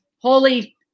Holy